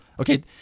Okay